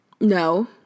no